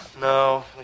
No